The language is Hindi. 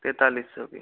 पैंतालीस सौ की